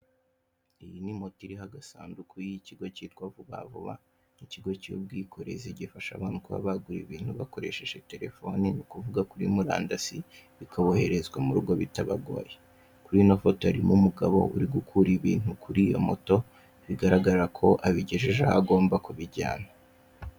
Iyi ni moto iriho agasanduku y'ikigo cyitwa Vuba Vuba, ikigo cy'ubwikorezi gifasha abantu kuba bagura ibintu bakoresheje telefoni, ni ukuvuga kuri murandasi, bikabohererezwa mu rugo bitabagoye. Kuri ino foto harimo umugabo uri gukura ibintu kuri iyo moto, bigaragara ko abigejeje aho agomba kubijyana.